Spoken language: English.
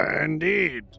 Indeed